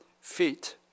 feet